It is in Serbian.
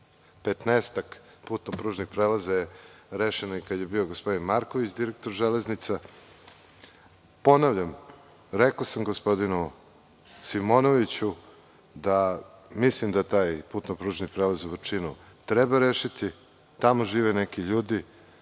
10-ak putno-pružnih prelaza. Rešeno je i kada je bio gospodin Marković direktor „Železnica“. Ponavljam, rekao sam gospodinu Simonoviću, da mislim da taj putno-pružni prelaz u Vrčinu treba rešiti, tamo žive neki ljudi,